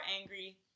angry